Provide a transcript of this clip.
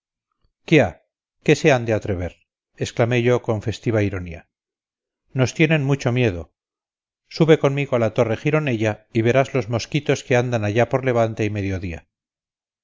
se han de atrever exclamé yo con festiva ironía nos tienen mucho miedo sube conmigo a la torre gironella y verás los mosquitos que andan allá por levante y mediodía